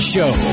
Show